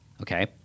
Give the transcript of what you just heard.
okay